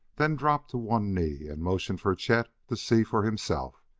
then dropped to one knee and motioned for chet to see for himself,